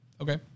Okay